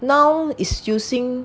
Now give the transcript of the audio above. now is using